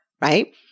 right